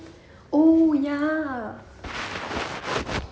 oh ya